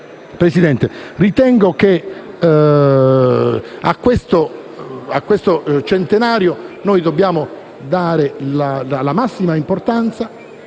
Presidente, ritengo che a questo anniversario dobbiamo dare la massima importanza